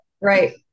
Right